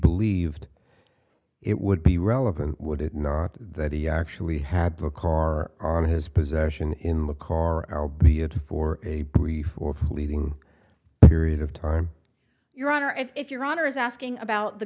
leaved it would be relevant would it not that he actually had the car on his possession in the car i'll be it for a brief or fleeting period of time your honor if your honor is asking about the